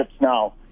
now